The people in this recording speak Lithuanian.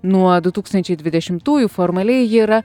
nuo du tūkstančiai dvidešimtųjų formaliai ji yra